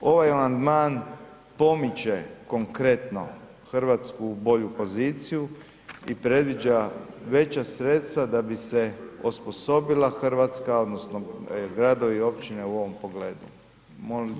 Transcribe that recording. Ovaj amandman pomiče konkretno Hrvatsku u bolju poziciju i predviđa veća sredstva da bi se osposobila Hrvatska, odnosno gradovi i općine u ovom pogledu.